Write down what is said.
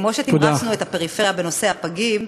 וכמו שתמרצנו את הפריפריה בנושא הפגים,